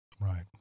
right